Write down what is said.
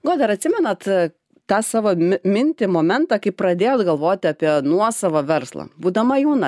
goda ar atsimenat tą savo mintį momentą kai pradėjot galvot apie nuosavą verslą būdama jauna